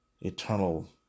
eternal